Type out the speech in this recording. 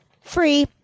free